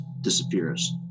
disappears